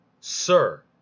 sir